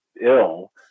ill